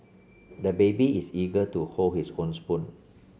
the baby is eager to hold his own spoon